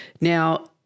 Now